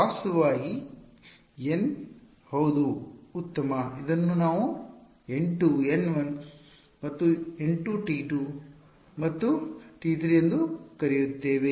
ವಾಸ್ತವವಾಗಿ N ಹೌದು ಉತ್ತಮ ಇದನ್ನು ನಾವು N2 N1 ಮತ್ತು N2 T2 ಮತ್ತು T3 ಎಂದು ಕರೆಯುತ್ತೇವೆ